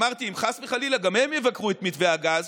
אמרתי: אם חס וחלילה גם הם יבקרו את מתווה הגז,